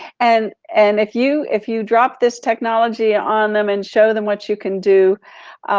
and and if you if you drop this technology on them and show them what you can do,